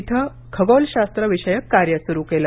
येथे खगोलशास्त्र विषयक कार्य सु्रू केले